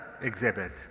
exhibit